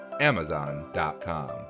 Amazon.com